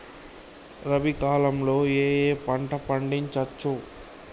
రబీ కాలంలో ఏ ఏ పంట పండించచ్చు?